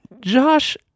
Josh